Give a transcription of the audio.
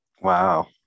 Wow